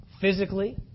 physically